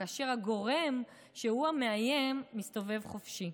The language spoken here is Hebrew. כאשר הגורם שהוא המאיים מסתובב חופשי.